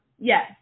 Yes